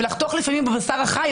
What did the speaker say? ולחתוך לפעמים בבשר החי,